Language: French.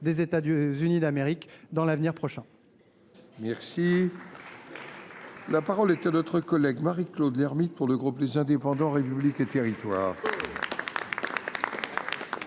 des États Unis d’Amérique dans un avenir prochain. La parole est à Mme Marie Claude Lermytte, pour le groupe Les Indépendants – République et Territoires.